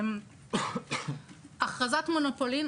הכרזת מונופולין,